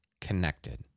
connected